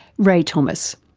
rae thomas.